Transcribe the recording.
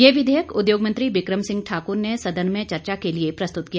यह विधेयक उद्योग मंत्री बिक्रम सिंह ठाक्र ने सदन में चर्चा के लिए प्रस्तुत किया